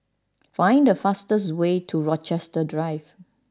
find the fastest way to Rochester Drive